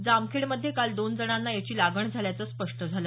जामखेड मध्ये काल दोन जणांना याची लागण झाल्याचं स्पष्ट झालं